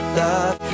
love